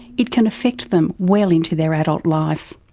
it can affect them well into their adult life.